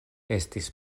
estis